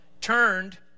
turned